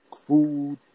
food